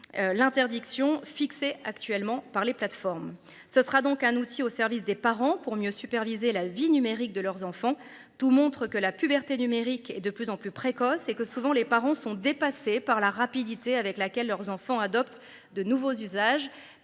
L'interdiction fixée actuellement par les plateformes, ce sera donc un outil au service des parents pour mieux superviser la vie numérique de leurs enfants tout montre que la puberté numérique et de plus en plus précoce et que souvent les parents sont dépassées par la rapidité avec laquelle leurs enfants adoptent de nouveaux usages.